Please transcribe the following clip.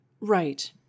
Right